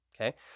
Okay